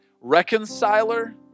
reconciler